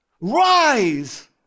Rise